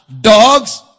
dogs